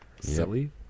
silly